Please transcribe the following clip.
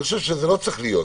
אני חושב שזה לא צריך להיות,